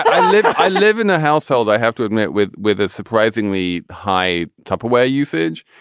but i live i live in the household i have to admit with with a surprisingly high tupperware usage.